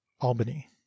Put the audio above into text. Albany